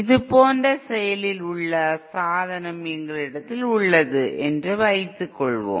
இது போன்ற செயலில் உள்ள சாதனம் எங்களிடம் உள்ளது என்று வைத்துக்கொள்வோம்